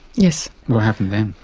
yes. what happened then?